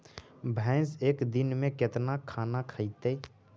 भैंस एक दिन में केतना खाना खैतई?